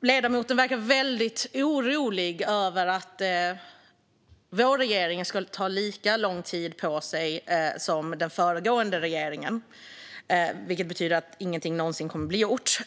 Ledamoten verkar orolig för att regeringen ska ta lika lång tid på sig som den förra regeringen, vilket i så fall skulle betyda att inget någonsin blir gjort.